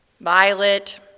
Violet